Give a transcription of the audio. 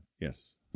Yes